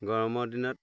গৰমৰ দিনত